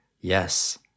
Yes